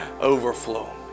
Overflow